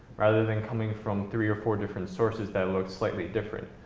rather than coming from three or four different sources that look slightly different.